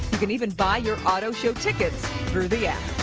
you can even buy your auto show tickets through the app.